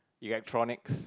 electronics